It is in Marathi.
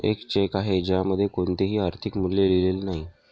एक चेक आहे ज्यामध्ये कोणतेही आर्थिक मूल्य लिहिलेले नाही